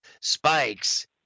Spikes